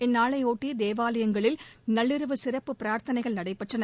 இந்நாளையொட்டிதேவாலங்களில் நள்ளிரவு சிறப்பு பிரார்த்தனைகள் நடைபெற்றன